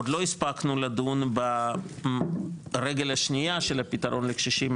עוד לא הספקנו לדון ברגל השנייה של הפתרון לקשישים,